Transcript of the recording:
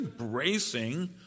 embracing